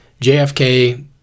JFK